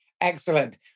Excellent